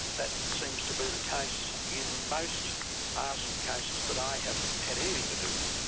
that seems to be the case in most arson cases that i have had anything to do with.